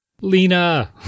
Lena